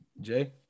Jay